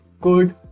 good